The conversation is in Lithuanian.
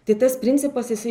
tai tas principas jisai